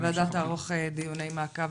הוועדה תערוך דיוני מעקב.